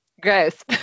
gross